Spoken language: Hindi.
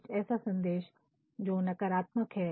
कुछ ऐसा संदेश जो कि नकारात्मक है